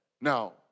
Now